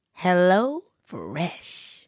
HelloFresh